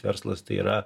verslas tai yra